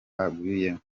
ahugiyemo